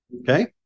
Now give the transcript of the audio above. okay